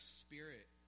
spirit